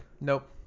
nope